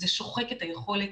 זה שוחק את היכולת,